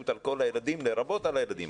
עם חבריהם את שנת הלימודים כמו כל תלמיד אחר.